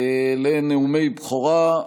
לנאומי בכורה.